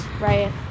right